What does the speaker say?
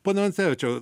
pone vancevičiau